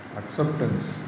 acceptance